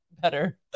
better